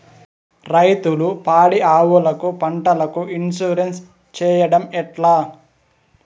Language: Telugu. రైతులు పాడి ఆవులకు, పంటలకు, ఇన్సూరెన్సు సేయడం ఎట్లా?